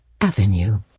Avenue